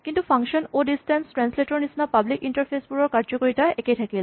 কিন্তু ফাংচন অ' ডিচটেন্স ট্ৰেন্সলেট ৰ নিচিনা পাব্লিক ইন্টাৰফেচ বোৰৰ কাৰ্যকৰীতা একেই থাকিলে